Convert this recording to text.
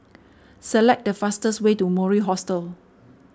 select the fastest way to Mori Hostel